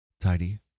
tidy